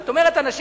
את אומרת: אנשים